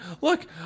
Look